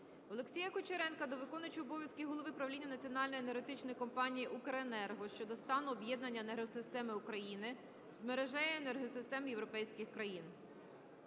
Олексія Кучеренка до виконуючого обов`язки голови правління "Національної енергетичної компанії "Укренерго" щодо стану об'єднання енергосистеми України з мережею енергосистем європейських країн.